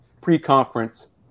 pre-conference